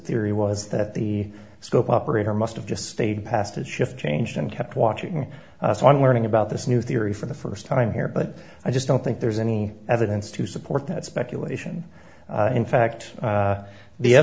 theory was that the scope operator must have just stayed past his shift change and kept watching us on learning about this new theory for the st time here but i just don't think there's any evidence to support that speculation in fact the othe